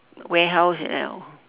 warehouse like that or